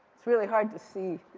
it's really hard to see.